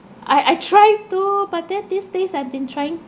I I try to but then these days I've been trying